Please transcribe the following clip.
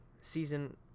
season